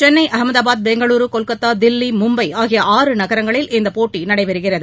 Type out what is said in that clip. சென்னை அகமதாபாத் பெங்களூரு கொல்கத்தா தில்லி மும்பை ஆகிய ஆறு நகரங்களில் இப்போட்டி நடைபெறுகிறது